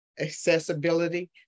accessibility